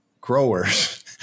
growers